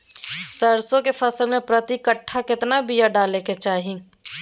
सरसों के फसल में प्रति कट्ठा कितना बिया डाले के चाही?